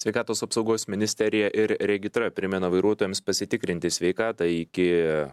sveikatos apsaugos ministerija ir regitra primena vairuotojams pasitikrinti sveikatą iki